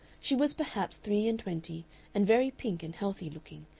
she was perhaps three-and-twenty, and very pink and healthy-looking,